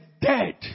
dead